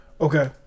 Okay